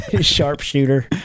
Sharpshooter